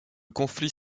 conflit